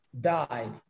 died